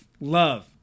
love